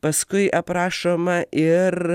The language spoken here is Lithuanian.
paskui aprašoma ir